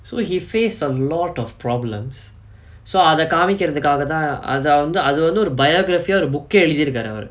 so he faced a lot of problems so அத காமிக்குரதுக்காகதா அத வந்து அது வந்து ஒரு:atha kaamikurathukkaakatha athaa vanthu athu vanthu oru biography ah ஒரு:oru book யே எழுதி இருக்காரு அவரு:yae eluthi irukkaaru avaru